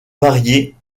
variés